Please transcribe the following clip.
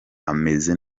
ameze